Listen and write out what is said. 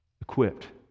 equipped